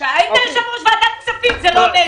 כשהיית יושב-ראש ועדת כספים זה לא נעשה.